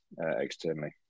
externally